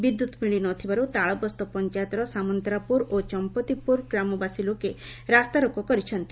ବିଦ୍ୟୁତ୍ ମିଳିନଥିବାରୁ ତାଳବସ୍ତ ପଞ୍ଚାୟତର ସାମନ୍ତରାପୁର ଓ ଚମ୍ମତିପୁର ଗ୍ରାମବାସୀ ରାସ୍ତାରୋକ କରିଛନ୍ତି